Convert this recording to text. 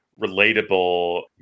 relatable